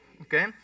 okay